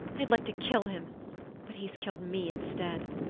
i'd like to kill him but he's killed me instead.